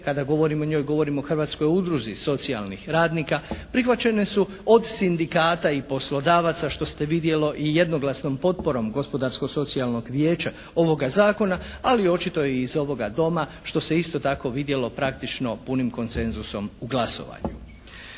Kada govorim o njoj govorim o Hrvatskoj udruzi socijalnih radnika. Prihvaćene su od Sindikata i poslodavaca što se vidjelo i jednoglasnom potporom Gospodarsko-socijalnog vijeća ovoga zakona. Ali očito i iz ovoga Doma što se isto tako vidjelo praktično punim koncenzusom u glasovanju.